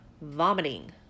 vomiting